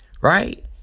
Right